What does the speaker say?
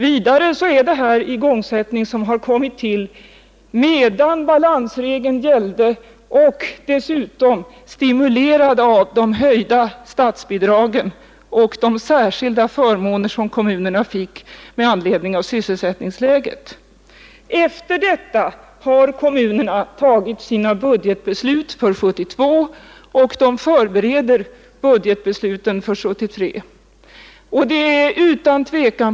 Vidare är det här en igångsättning som kommit till medan balansregeln gällde och stimulerad av de höjda statsbidragen och de särskilda förmåner som kommunerna fick med anledning av sysselsättningsläget. Efter detta har kommunerna fattat sina budgetbeslut för 1972, och de förbereder budgetbesluten för 1973.